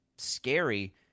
scary